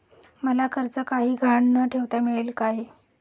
मला कर्ज काही गहाण न ठेवता मिळेल काय?